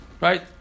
right